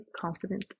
confidence